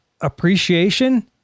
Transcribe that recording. appreciation